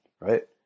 right